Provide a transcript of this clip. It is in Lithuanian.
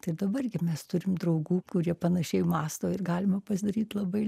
taip dabar gi mes turim draugų kurie panašiai mąsto ir galima pasidaryt labai